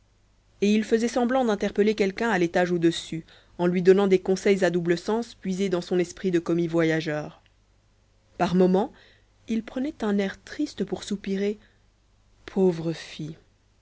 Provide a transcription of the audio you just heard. et il faisait semblant d'interpeller quelqu'un à l'étage au-dessus en lui donnant des conseils à double sens puisés dans son esprit de commis voyageur par moments il prenait un air triste pour soupirer pauvre fille